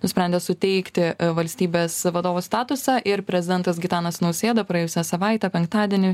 nusprendė suteikti valstybės vadovo statusą ir prezidentas gitanas nausėda praėjusią savaitę penktadienį